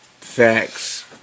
Facts